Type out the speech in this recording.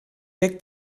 take